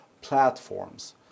platforms